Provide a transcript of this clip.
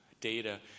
data